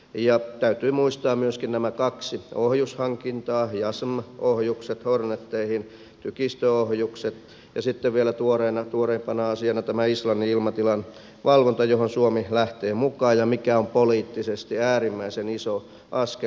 ja täytyy muistaa myöskin nämä kaksi ohjushankintaa jassm ohjukset horneteihin tykistöohjukset ja sitten vielä tuoreimpana asiana tämä islannin ilmatilan valvonta johon suomi lähtee mukaan mikä on poliittisesti äärimmäisen iso askel